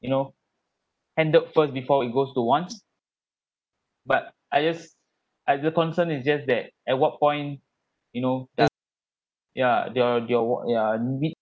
you know handed first before it goes to wants but I just I the concern is just that at what point you know ya your your yeah need